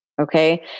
Okay